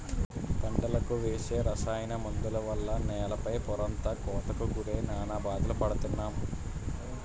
పంటలకు వేసే రసాయన మందుల వల్ల నేల పై పొరంతా కోతకు గురై నానా బాధలు పడుతున్నాం